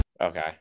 Okay